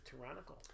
tyrannical